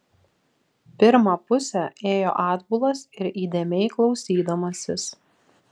pirmą pusę ėjo atbulas ir įdėmiai klausydamasis